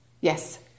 Yes